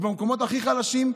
במקומות הכי חלשים,